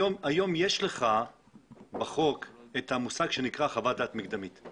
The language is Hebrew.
היום יש לך בחוק את המושג שנקרא חוות דעת מקדמית.